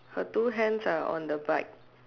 her two hands are on the bike